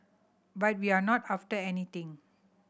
but we're not after anything